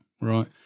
right